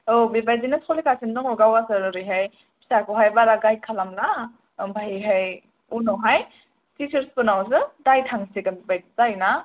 औ बेबायदिनो सोलिगासिनो दङ गावसोर ओरैहाय फिसाखौहाय बारा गायड खालामा ओमफ्रायहाय उनावहाय टिचार्स फोरनावसो दाय थांसिगोन बादि जायोना